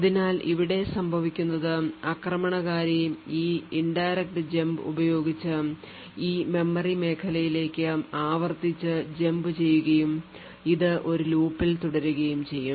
അതിനാൽ ഇവിടെ സംഭവിക്കുന്നത് ആക്രമണകാരി ഈ indirect jump ഉപയോഗിച്ചു ഈ മെമ്മറി മേഖലയിലേക്ക് ആവർത്തിച്ച് jump ചെയ്യുകയും അത് ഒരു ലൂപ്പിൽ തുടരുകയും ചെയ്യും